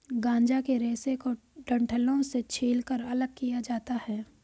गांजा के रेशे को डंठलों से छीलकर अलग किया जाता है